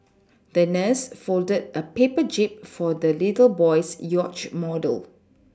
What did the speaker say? the nurse folded a paper jib for the little boy's yacht model